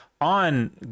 on